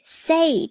say